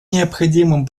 необходимым